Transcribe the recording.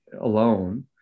alone